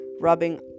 rubbing